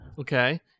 Okay